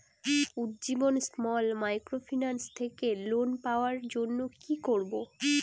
Ujjivan small microfinance থেকে loan পাওয়ার জন্য কি করব?